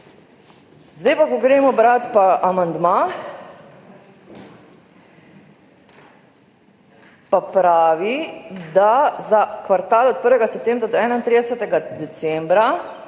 Zdaj ko gremo brat amandma, pa pravi, da za kvartal od 1. septembra do 31. decembra